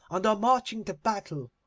and are marching to battle.